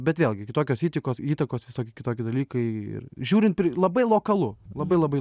bet vėlgi kitokios įtekos įtakos visokie kitokie dalykai ir žiūrint labai lokalu labai labai lo